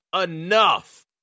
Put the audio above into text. enough